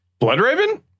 Bloodraven